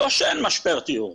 לא שאין משבר דיור,